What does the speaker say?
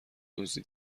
دزدی